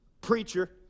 preacher